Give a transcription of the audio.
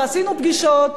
ועשינו פגישות,